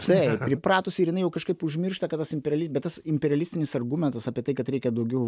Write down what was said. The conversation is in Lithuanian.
štai įpratusi ir jinai jau kažkaip užmiršta kad tas imperialis bet tas imperialistinis argumentas apie tai kad reikia daugiau